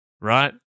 right